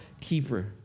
keeper